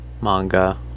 manga